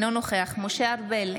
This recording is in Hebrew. אינו נוכח משה ארבל,